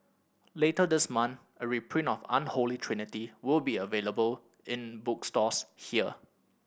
later this month a reprint of Unholy Trinity will be available in bookstores here